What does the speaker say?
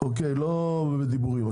לא בדיבורים.